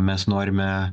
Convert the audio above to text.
mes norime